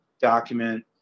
document